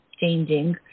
changing